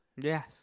yes